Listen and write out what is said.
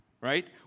right